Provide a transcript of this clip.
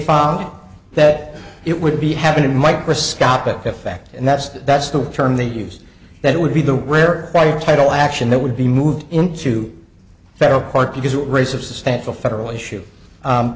out that it would be having a microscopic effect and that's the that's the term they used that would be the rare title action that would be moved into federal court because it raises the stance of federal issue